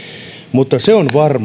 mutta se